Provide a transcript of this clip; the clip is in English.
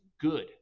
good